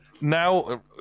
now